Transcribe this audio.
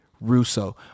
Russo